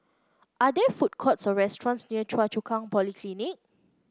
are there food courts or restaurants near Choa Chu Kang Polyclinic